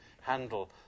handle